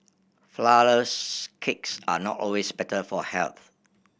flourless cakes are not always better for health